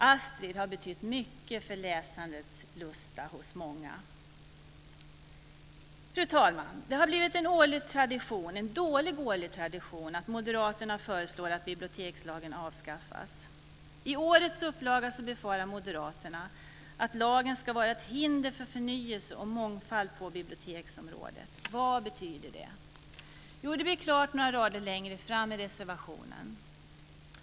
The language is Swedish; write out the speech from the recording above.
Astrid har betytt mycket för läslusten hos många. Fru talman! Det har blivit en dålig årlig tradition att Moderaterna föreslår att bibliotekslagen avskaffas. I årets upplaga befarar Moderaterna att lagen ska vara ett hinder för förnyelse och mångfald på biblioteksområdet. Vad betyder det? Jo, det blir klart några rader längre fram i reservationen.